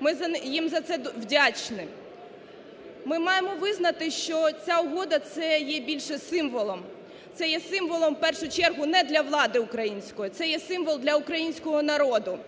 Ми їм за це вдячні. Ми маємо визнати, що ця угода це є більше символом, це є символом, в першу чергу, не для влади української, це є символ для українського народу,